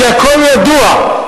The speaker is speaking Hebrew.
כי הכול ידוע.